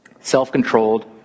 self-controlled